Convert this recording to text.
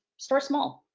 start small.